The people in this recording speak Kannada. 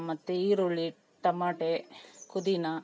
ಮತ್ತು ಈರುಳ್ಳಿ ಟಮಾಟೆ ಪುದಿನ